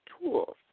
tools